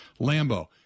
Lambo